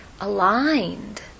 aligned